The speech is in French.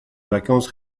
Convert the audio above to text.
vacances